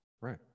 right